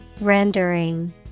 Rendering